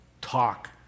talk